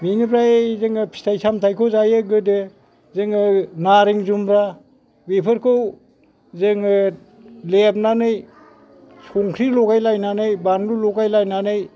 बेनिफ्राय जोङो फिथाय सामथाइखौ जायो गोदो जोङो नारें जुमब्रा बेफोरखौ जोङो लेबनानै संख्रि लगाय लायनानै बानलु लगाय लायनानै